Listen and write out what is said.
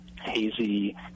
hazy